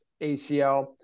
ACL